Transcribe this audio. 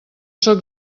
sóc